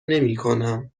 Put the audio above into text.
نکردم